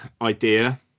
idea